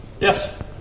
Yes